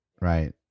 right